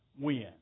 win